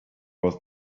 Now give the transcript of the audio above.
was